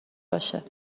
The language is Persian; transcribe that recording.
باشه